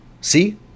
See